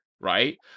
right